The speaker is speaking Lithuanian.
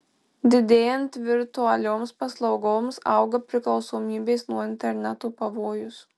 didėjant virtualioms pasiūloms auga priklausomybės nuo interneto pavojus